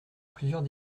plusieurs